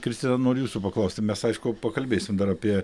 kristina noriu jūsų paklausti mes aišku pakalbėsim dar apie